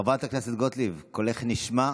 חברת הכנסת גוטליב, קולך נשמע.